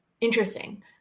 interesting